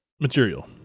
material